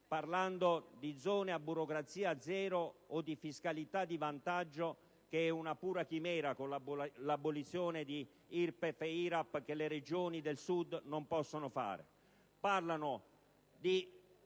parlando di zone a burocrazia zero o di fiscalità di vantaggio, che è una pura chimera, con l'abolizione di IRPEF e l'IRAP, che le Regioni del Sud non possono attuare;